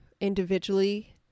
individually